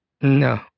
no